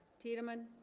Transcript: tiedemann